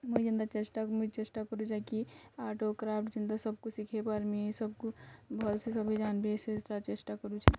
ମୁଇଁ ଯେନ୍ତା ଚେଷ୍ଟା ମୁଇଁ ଚେଷ୍ଟା କରୁଛେଁ କି ଆର୍ଟ୍ ଆଉ କ୍ରାଫ୍ଟ୍ ଯେନ୍ତା ସବ୍କୁ ଶିଖେଇପାର୍ମି ସବ୍କୁ ଭଲ୍ସେ ସବୁ ଜାନ୍ବେ ସେଟା ଚେଷ୍ଟା କରୁଛି